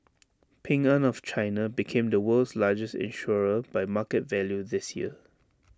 Ping an of China became the world's largest insurer by market value this year